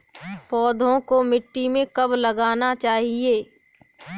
पौधों को मिट्टी में कब लगाना चाहिए?